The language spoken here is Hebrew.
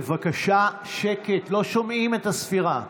בבקשה שקט, לא שומעים את הספירה.